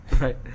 Right